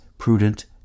prudent